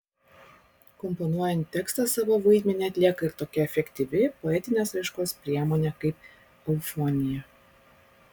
komponuojant tekstą savo vaidmenį atlieka ir tokia efektyvi poetinės raiškos priemonė kaip eufonija